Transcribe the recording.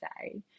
say